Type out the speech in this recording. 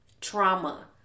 Trauma